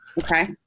Okay